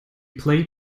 played